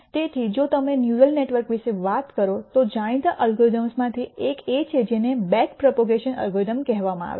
તેથી જો તમે ન્યુરલ નેટવર્ક્સ વિશે વાત કરો તો જાણીતા એલ્ગોરિધમ્સમાંથી એક એ છે જેને બેક પ્રોપેગેશન એલ્ગોરિધમ કહેવામાં આવે છે